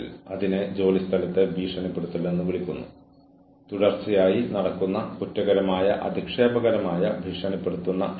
പിന്നെ അവിടെ അത് ഉൽപ്പാദനക്ഷമതയുടെ അഭാവത്തെയും അവരിലെ മനോവീര്യമില്ലായ്മയേയും വർദ്ധിപ്പിക്കുന്നു